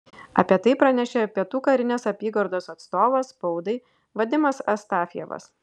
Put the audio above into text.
apie tai pranešė pietų karinės apygardos atstovas spaudai vadimas astafjevas